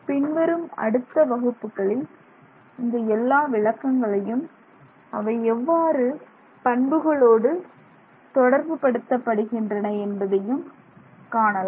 பின்வரும் அடுத்த வகுப்புகளில் இந்த எல்லா விளக்கங்களையும் அவை எவ்வாறு பண்புகளோடு தொடர்பு படுத்தப்படுகின்றன என்பதையும் காணலாம்